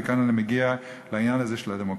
וכאן אני מגיע לעניין הזה של הדמוקרטיה.